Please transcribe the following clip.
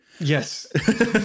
Yes